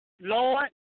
Lord